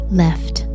left